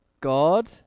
god